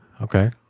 Okay